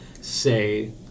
say